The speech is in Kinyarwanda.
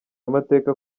amateka